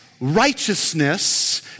righteousness